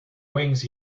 wings